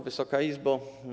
Wysoka Izbo!